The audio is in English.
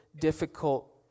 difficult